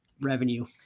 revenue